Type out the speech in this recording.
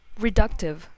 reductive